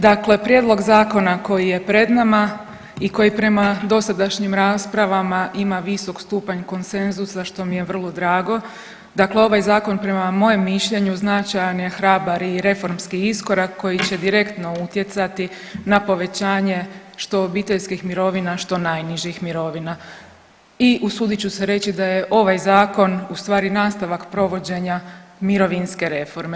Dakle, prijedlog zakona koji je pred nama i koji prema dosadašnjim raspravama ima visok stupanj konsenzusa što mi je vrlo drago, dakle ovaj zakon prema mojem mišljenju značajan je hrabar i reformski iskorak koji će direktno utjecati na povećanje što obiteljskih mirovina što najnižih mirovina i usudit ću se reći da je ovaj zakon ustvari nastavak provođenja mirovinske reforme.